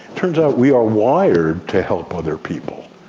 turns out we are wired to help other people.